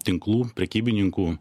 tinklų prekybininkų